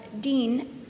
Dean